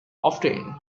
often